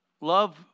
love